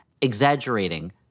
exaggerating